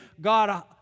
God